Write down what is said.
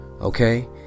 Okay